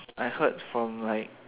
I heard from like